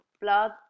blood